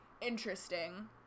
interesting